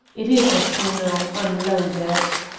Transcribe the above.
it is, as you know, unloaded.